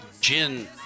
gin